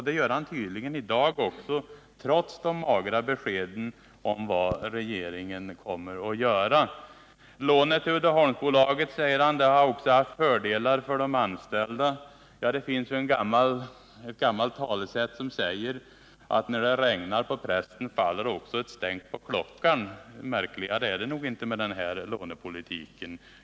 Det gör han tydligen i dag också trots de magra beskeden om vad regeringen kommer att göra. Lånet till Uddeholmsbolaget, säger han, har också haft fördelar för de anställda. Ja, det finns ju ett gammalt talesätt som säger att när det regnar på prästen, så droppar det på klockaren. Märkligare är det nog inte med den här lånepolitiken.